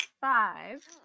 five